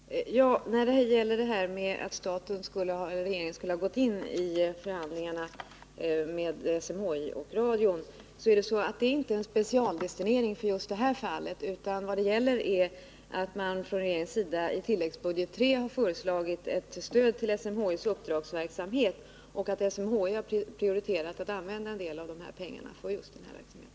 Herr talman! När det gäller detta att regeringen skulle ha gått in i förhandlingarna mellan SMHI och radion förhåller det sig så att detta inte skett. Det är inte någon specialdestinering för just det här fallet, utan regeringen har i tilläggsbudget III föreslagit ett stöd till SMHI:s uppdragsverksamhet i allmänhet. SMHI kan sedan prioritera att använda en del av pengarna för just den här verksamheten.